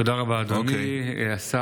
תודה רבה, אדוני השר.